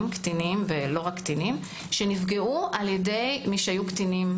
קטינים ולא רק קטינים שנפגעו על ידי מי שהיו קטינים,